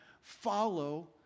follow